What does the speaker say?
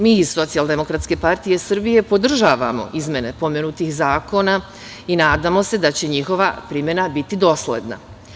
Mi iz Socijaldemokratske partije Srbije podržavamo izmene pomenutih zakona i nadamo se da će njihova primena biti dosledna.